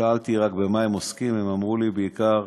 שאלתי רק במה הם עוסקים, והם אמרו לי: בעיקר